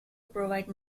provide